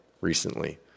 recently